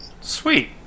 Sweet